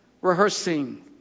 rehearsing